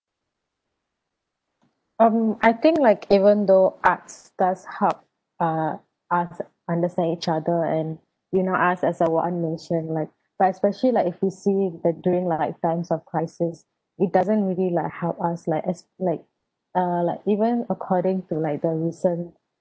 um I think like even though arts does help uh us understand each other and you know arts as our I'm mention like but especially like if you see the during like in times of crisis it doesn't really like help us like ex~ like uh like even according to like the recent